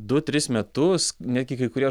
du tris metus netgi kai kurie